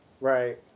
Right